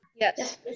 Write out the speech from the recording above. Yes